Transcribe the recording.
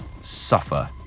suffer